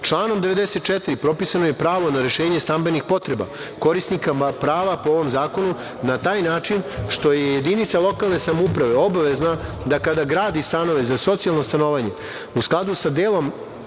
PIO.Članom 94. propisano je pravo na rešenje stambenih potreba korisnika prava po ovom zakonu na taj način što je jedinica lokalne samouprave obavezna da kada gradi stanove za socijalno stanovanje, u skladu sa delom